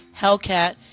hellcat